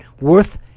worth